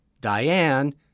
Diane